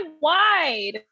wide